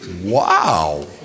Wow